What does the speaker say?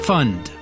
Fund